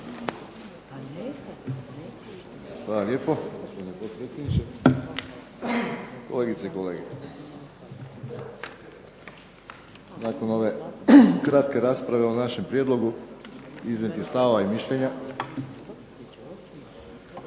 potpredsjedniče. Kolegice i kolege. Nakon ove kratke rasprave o našem prijedlogu, iznijetih stavova i mišljenja,